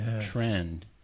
trend